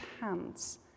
hands